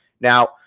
Now